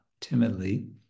timidly